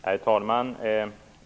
Herr talman!